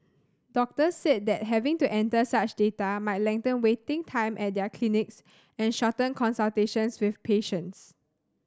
doctors said that having to enter such data might lengthen waiting time at their clinics and shorten consultations with patients